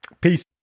Peace